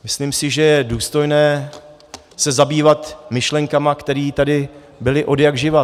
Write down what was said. Myslím si, že je důstojné se zabývat myšlenkami, které tady byly odjakživa.